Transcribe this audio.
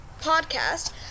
podcast